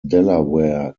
delaware